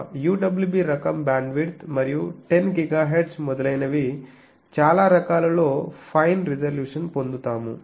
UWB రకం bandwidth మరియు 10GHz మొదలైనవి చాలా రకాలలో ఫైన్ రిజల్యూషన్ పొందుతాము